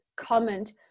comment